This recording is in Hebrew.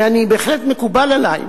ובהחלט מקובל עלי: